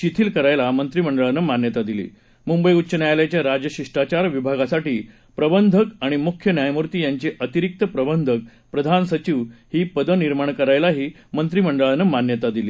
शिथील करायला मंत्रीमंडळानं मान्यता दिली मुंबई उच्च न्यायालयाच्या राजशिष्टाचार विभागासाठी प्रबंधक आणि मुख्य न्यायमुर्ती यांचे अतिरिक्त प्रबंधकप्रधान सचिव ही पदं निर्माण करायलाही मंत्रिमंडळानं मान्यता दिली